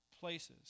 Places